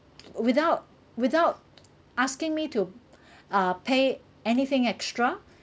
without without asking me to pay uh anything extra